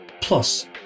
plus